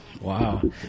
Wow